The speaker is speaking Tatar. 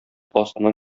астыннан